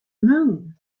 moon